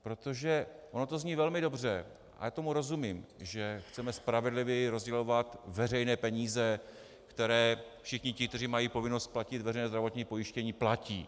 Protože ono to zní velmi dobře, a já tomu rozumím, že chceme spravedlivěji rozdělovat veřejné peníze, které všichni ti, kteří mají povinnost platit veřejné zdravotní pojištění, platí.